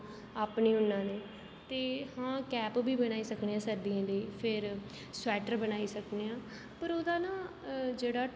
अपनी ऊना दे ते आं कैप बी बनाई सकने आं सर्दियें लेई फिर स्वेटर बनाई सकने आं पर ओह्दा ना जेह्ड़ा